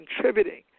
contributing